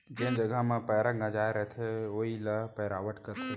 जेन जघा म पैंरा गंजाय रथे वोइ ल पैरावट कथें